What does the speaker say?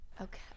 Okay